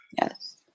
Yes